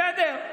בסדר,